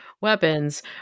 weapons